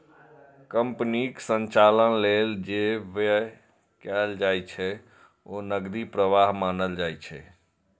कंपनीक संचालन लेल जे व्यय कैल जाइ छै, ओ नकदी प्रवाह मानल जाइ छै